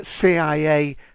cia